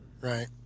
right